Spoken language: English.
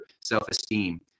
self-esteem